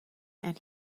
and